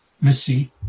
Missy